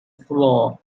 floor